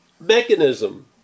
mechanism